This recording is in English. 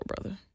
brother